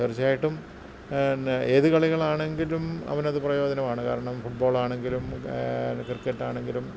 തീർച്ചയായിട്ടും പിന്നെ ഏതു കളികളാണങ്കിലും അവനത് പ്രയോജനമാണ് കാരണം ഫുട് ബോളാണങ്കിലും ക്രിക്കറ്റാണങ്കിലും